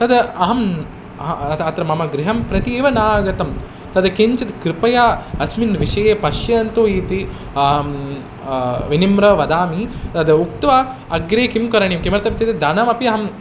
तद् अहम् अतः अत्र मम गृहं प्रति एव न आगतं तद् किञ्चित् कृपया अस्मिन् विषये पश्यन्तु इति विनम्रः वदामि यद् उक्त्वा अग्रे किं करणीयं किमर्थमित्युक्ते धनमपि अहम्